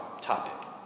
topic